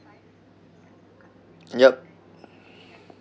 yup